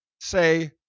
say